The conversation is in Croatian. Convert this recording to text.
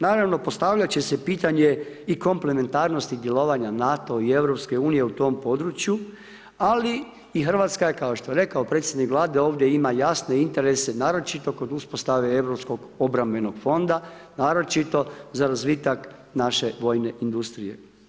Naravno postavljat će se pitanje i komplementarnosti djelovanja NATO i EU u tom području, ali i Hrvatska je kao što je rekao predsjednik Vlade da ovdje ima jasne interese naročito kod uspostave europskog obrambenog fonda naročito za razvitak naše vojne industrije.